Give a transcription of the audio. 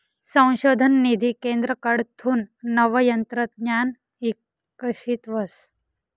संशोधन निधी केंद्रकडथून नवं तंत्रज्ञान इकशीत व्हस